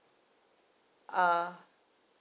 uh